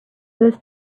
this